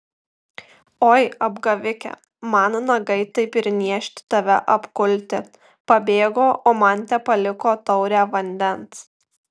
oi apgavike man nagai taip ir niežti tave apkulti pabėgo o man tepaliko taurę vandens